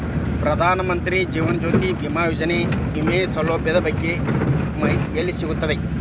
ಪ್ರಧಾನ ಮಂತ್ರಿ ಜೇವನ ಜ್ಯೋತಿ ಭೇಮಾಯೋಜನೆ ವಿಮೆ ಸೌಲಭ್ಯದ ಮಾಹಿತಿ ಎಲ್ಲಿ ಸಿಗತೈತ್ರಿ?